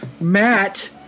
Matt